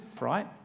right